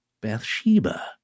Bathsheba